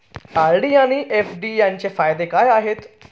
RD आणि FD यांचे फायदे काय आहेत?